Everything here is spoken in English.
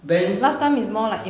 banks